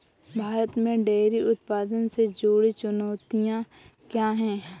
भारत में डेयरी उत्पादन से जुड़ी चुनौतियां क्या हैं?